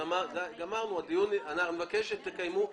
אני מבקש שתקיימו דיון.